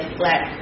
black